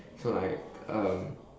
so like um